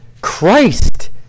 Christ